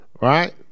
right